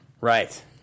Right